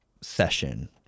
session